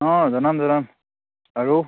অঁ জনাম জনাম আৰু